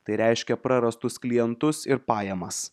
tai reiškia prarastus klientus ir pajamas